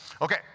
Okay